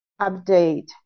update